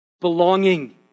belonging